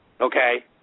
Okay